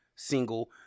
single